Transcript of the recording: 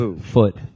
foot